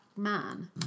man